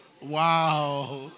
Wow